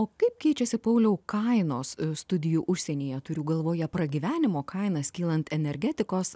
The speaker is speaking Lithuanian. o kaip keičiasi pauliau kainos studijų užsienyje turiu galvoje pragyvenimo kainas kylant energetikos